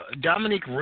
Dominique